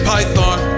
Python